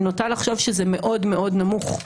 אני נוטה לחשוב שזה מאוד מאוד נמוך.